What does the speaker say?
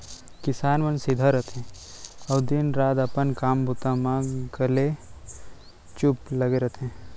किसान मन सीधा रथें अउ दिन रात अपन काम बूता म कलेचुप लगे रथें